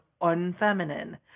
unfeminine